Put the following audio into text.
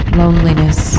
loneliness